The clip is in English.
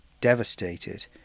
devastated